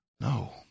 No